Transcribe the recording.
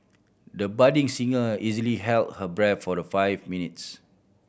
the budding singer easily held her breath for the five minutes